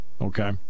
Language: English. Okay